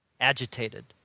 agitated